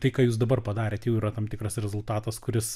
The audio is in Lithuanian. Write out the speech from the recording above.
tai ką jūs dabar padarėt jau yra tam tikras rezultatas kuris